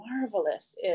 marvelous